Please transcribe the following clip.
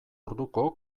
orduko